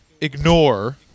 ignore